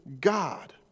God